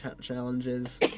challenges